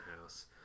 house